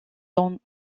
dans